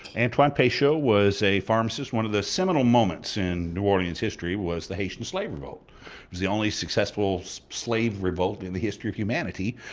and antoine peychaud was a pharmacist one of the seminal moments in new orleans history was the haitian slave revolt. it was the only successful slave revolt in the history of humanity.